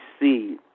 see